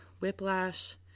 whiplash